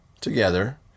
together